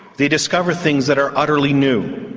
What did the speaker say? they discover things that are utterly new.